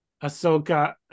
Ahsoka